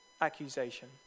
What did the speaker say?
accusation